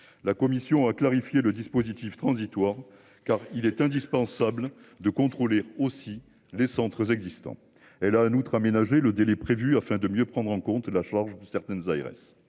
La commission a clarifié le dispositif transitoire car il est indispensable de contrôler aussi les centres existants. Elle a un outre aménager le délai prévu afin de mieux prendre en compte la charge de certaines ARS.